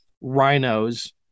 rhinos